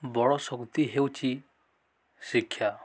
ବଡ଼ ଶକ୍ତି ହେଉଛି ଶିକ୍ଷା